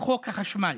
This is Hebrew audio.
חוק החשמל,